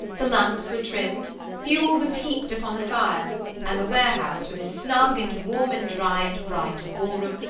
the lamps were trimmed, fuel was heaped upon the fire and the warehouse was as snug, and warm, and dry, and bright a ball-room,